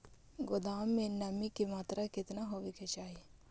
गोदाम मे नमी की मात्रा कितना होबे के चाही?